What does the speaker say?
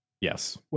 Yes